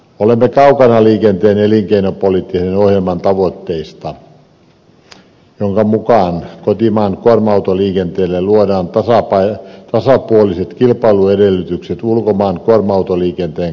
olemme kaukana liikenteen elinkeinopoliittisen ohjelman tavoitteesta jonka mukaan kotimaan kuorma autoliikenteelle luodaan tasapuoliset kilpailuedellytykset ulkomaan kuorma autoliikenteen kanssa